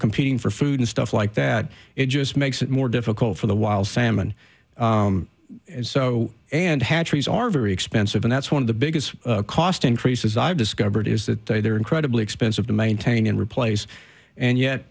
competing for food and stuff like that it just makes it more difficult for the wild salmon so and hatcheries are very expensive and that's one of the biggest cost increases i've discovered is that they're incredibly expensive to maintain and replace and yet